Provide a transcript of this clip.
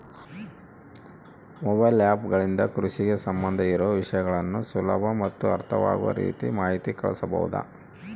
Mobile app ಗಳಿಂದ ಕೃಷಿಗೆ ಸಂಬಂಧ ಇರೊ ವಿಷಯಗಳನ್ನು ಸುಲಭ ಮತ್ತು ಅರ್ಥವಾಗುವ ರೇತಿ ಮಾಹಿತಿ ಕಳಿಸಬಹುದಾ?